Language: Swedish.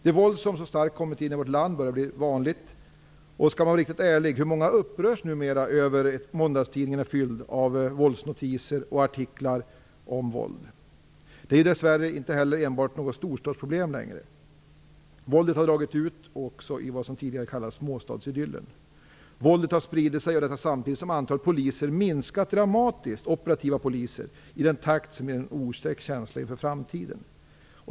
Det våld som så starkt har kommit in i vårt land börjar bli vanligt. Skall man vara riktigt ärlig: Hur många upprörs numera över att måndagstidningarna är fyllda av notiser och artiklar om våld? Det är dess värre inte heller enbart ett storstadsproblem längre. Våldet har dragit ut i vad som tidigare kallades småstadsidyllen. Våldet har spridit sig och detta samtidigt som antalet operativa poliser dramatiskt har minskat i en takt som inger en otäck känsla inför framtiden.